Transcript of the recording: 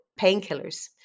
painkillers